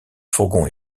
fourgon